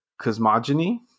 cosmogony